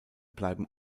bleiben